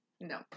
no